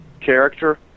character